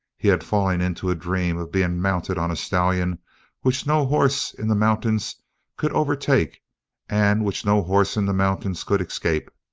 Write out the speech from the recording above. he had fallen into a dream of being mounted on a stallion which no horse in the mountains could overtake and which no horse in the mountains could escape.